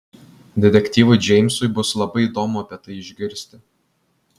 detektyvui džeimsui bus labai įdomu apie tai išgirsti